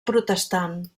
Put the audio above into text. protestant